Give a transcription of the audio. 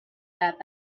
that